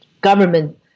government